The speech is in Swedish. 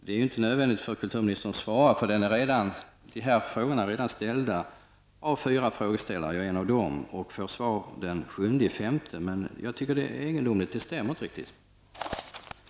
Det är inte nödvändigt att kulturministern svarar på detta, eftersom den frågan redan har ställts av fyra frågeställare, och jag är en av dem. Jag kommer att få svar den 7 maj, men jag tycker att det är egendomligt och att det inte riktigt stämmer.